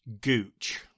Gooch